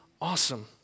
awesome